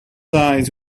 eyes